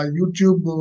YouTube